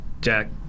Jack